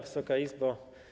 Wysoka Izbo!